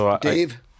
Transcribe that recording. Dave